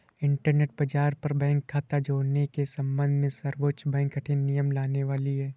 internet बाज़ार पर bank खता जुड़ने के सम्बन्ध में सर्वोच्च बैंक कठिन नियम लाने वाली है